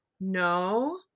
No